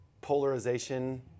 polarization